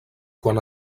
quan